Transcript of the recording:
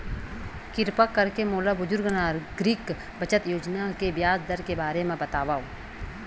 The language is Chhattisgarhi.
किरपा करके मोला बुजुर्ग नागरिक बचत योजना के ब्याज दर के बारे मा बतावव